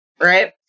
right